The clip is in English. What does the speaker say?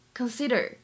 consider